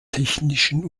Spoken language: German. technischen